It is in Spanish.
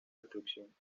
destrucción